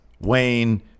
Wayne